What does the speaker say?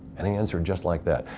and he answered just like that.